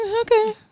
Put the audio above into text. Okay